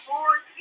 Lord